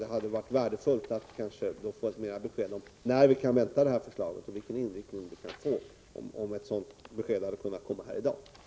Det hade varit värdefullt om vi i dag hade fått besked om när vi kan vänta det här förslaget och vilken inriktning det kommer att få.